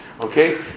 okay